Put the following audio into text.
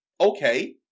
okay